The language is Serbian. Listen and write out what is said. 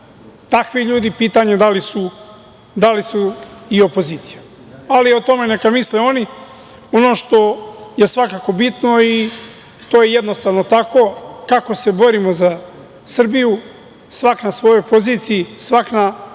Takvi ljudi pitanje je da li su i opozicija, ali o tome neka misle oni. Ono što je svakako bitno i to je jednostavno tako, kako se borimo za Srbiju, svako na svojoj poziciji, svako na